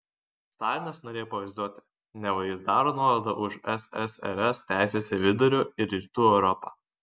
stalinas norėjo pavaizduoti neva jis daro nuolaidą už ssrs teises į vidurio ir rytų europą